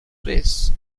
press